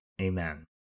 Amen